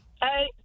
Hey